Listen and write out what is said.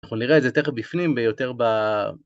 אנחנו נראה את זה תכף בפנים ביותר ב...